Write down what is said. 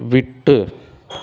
விட்டு